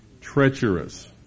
Treacherous